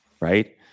right